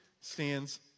stands